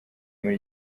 muri